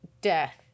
death